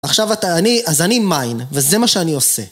עכשיו אתה אני, אז אני מיין, וזה מה שאני עושה.